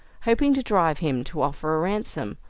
hoping to drive him to offer a ransom,